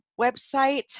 website